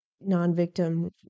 non-victim